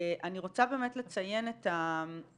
אני רוצה באמת לציין לסיום